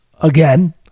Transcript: again